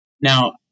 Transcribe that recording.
Now